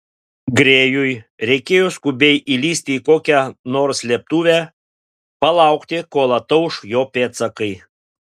grėjui reikėjo skubiai įlįsti į kokią nors slėptuvę palaukti kol atauš jo pėdsakai